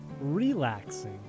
relaxing